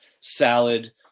salad